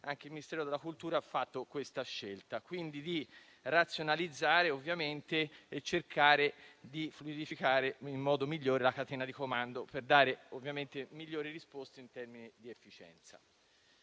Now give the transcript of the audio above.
anche il Mistero della cultura ha fatto tale scelta di razionalizzare e cercare di fluidificare maggiormente la catena di comando per dare migliori risposte in termini di efficienza.